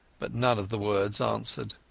but none of the words answered.